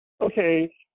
okay